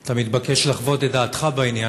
אתה מתבקש לחוות את דעתך בעניין,